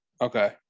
okay